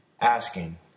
Asking